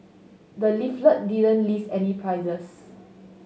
the leaflet didn't list any prices